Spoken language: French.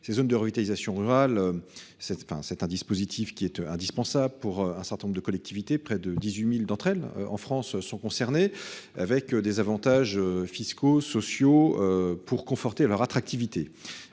ces zones de revitalisation rurale cette enfin c'est un dispositif qui est indispensable pour un certain nombre de collectivités, près de 18.000 d'entre elles en France sont concernées avec des avantages fiscaux sociaux pour conforter leur attractivité.